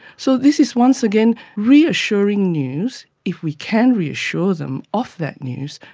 so this is once again reassuring news, if we can reassure them of that news,